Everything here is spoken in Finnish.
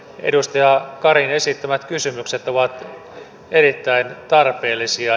edustaja karin esittämät kysymykset ovat erittäin tarpeellisia